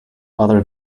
other